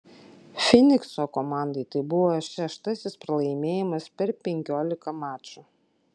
fynikso komandai tai buvo šeštasis pralaimėjimas per penkiolika mačų